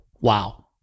Wow